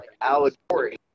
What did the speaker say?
allegory